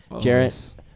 Jarrett